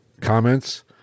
comments